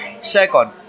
Second